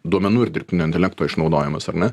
duomenų ir dirbtinio intelekto išnaudojimas ar ne